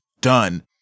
done